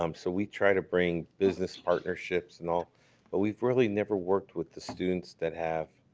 um so we try to bring business partnerships and all but we've really never worked with the students that have